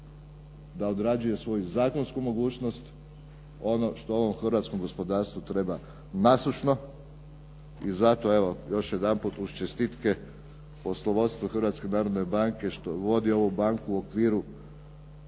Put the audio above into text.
da odrađuje svoju zakonsku mogućnost ono što ovom hrvatskom gospodarstvu treba nasušno. I zato evo još jedanput uz čestitke poslovodstvu Hrvatske narodne banke što vodi ovu banku u okviru